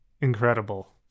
incredible